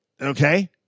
okay